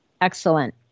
Excellent